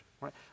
right